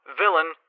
villain